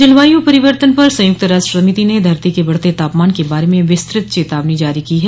जलवायु परिवर्तन पर संयुक्त राष्ट्र समिति ने धरती के बढ़ते तापमान के बारे में विस्तृत चेतावनी जारी की है